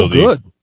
good